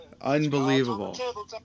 Unbelievable